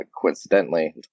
coincidentally